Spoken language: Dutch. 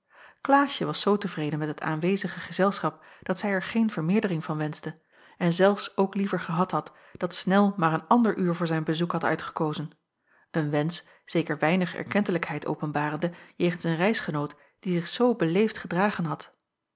klaasje was zoo tevreden met het aanwezige gezelschap dat zij er geen vermeerdering van wenschte en zelfs ook liever gehad had dat snel maar een ander uur voor zijn bezoek had uitgekozen een wensch zeker weinig erkentelijkheid openbarende jegens een reisgenoot die zich zoo beleefd gedragen had